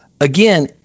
again